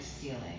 ceiling